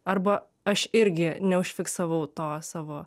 arba aš irgi neužfiksavau to savo